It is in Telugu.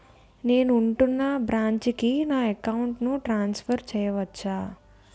నేను ఉంటున్న బ్రాంచికి నా అకౌంట్ ను ట్రాన్సఫర్ చేయవచ్చా?